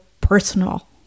personal